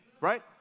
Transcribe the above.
right